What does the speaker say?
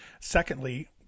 Secondly